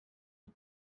het